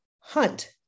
hunt